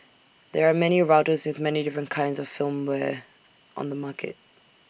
there are many routers with many different kinds of firmware on the market